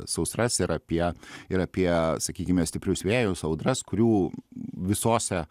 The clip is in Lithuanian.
sausras ir apie ir apie sakykime stiprius vėjus audras kurių visose